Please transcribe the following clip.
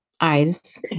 eyes